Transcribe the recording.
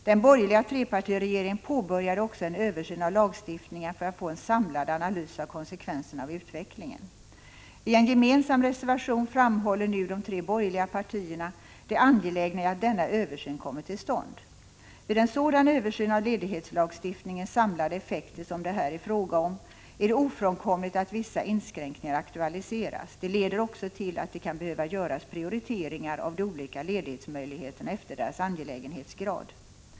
Den borgerliga trepartiregeringen påbörjade också en översyn avlagstiftningen för att få en samlad analys av konsekvenserna av utvecklingen. I en gemensam reservation framhåller nu de tre borgerliga partierna det angelägna i att denna översyn kommer till stånd. Vid en sådan översyn av ledighetslagstiftningens samlade effekter som det är fråga om här, är det ofrånkomligt att vissa inskränkningar aktualiseras. Det leder också till att det kan behöva göras prioriteringar av de olika ledighetsmöjligheterna efter deras angelägenhetsgrad.